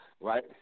right